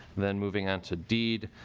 then moving on to deed